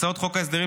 הצעות חוק ההסדרים,